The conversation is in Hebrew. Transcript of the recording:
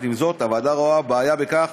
עם זאת, הוועדה רואה בעיה בכך